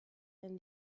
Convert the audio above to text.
and